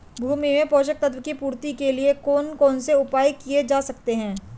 भूमि में पोषक तत्वों की पूर्ति के लिए कौन कौन से उपाय किए जा सकते हैं?